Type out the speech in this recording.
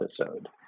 episode